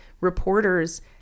reporters